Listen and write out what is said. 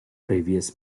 previous